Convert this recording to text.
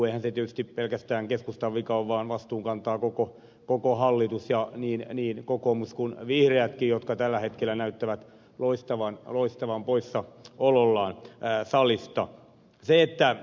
eihän se tietysti pelkästään keskustan vika ole vaan vastuun kantaa koko hallitus niin kokoomus kuin vihreätkin jotka tällä hetkellä näyttävät loistavan poissaolollaan salista